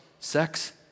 sex